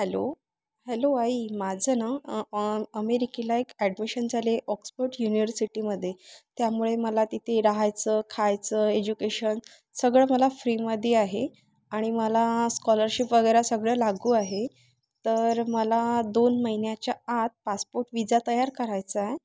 hello hello आई माझं ना अमेरिकेला एक ॲडमिशन झाले ऑक्सफर्ड युनिवर्सिटीमध्ये त्यामुळे मला तिथे राहायचं खायचं एज्युकेशन सगळं मला फ्रीमध्ये आहे आणि मला स्कॉलरशिप वगैरे सगळं लागू आहे तर मला दोन महिन्याच्या आत पासपोर्ट विजा तयार करायचा आहे